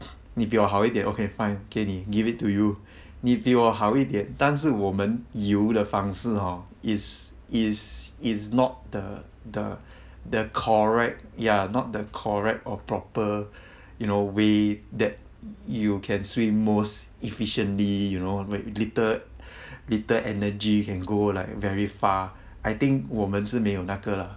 你比较好一点 okay fine 给你 give it to you 你比我好一点但是我们游的方式 hor is is is not the the the correct ya not the correct or proper in a way that you can swim most efficiently you know little little energy can go like very far I think 我们是没有那个 lah